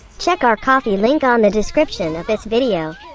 check our ko-fi link on the description of this video.